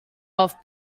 off